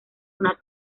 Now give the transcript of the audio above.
una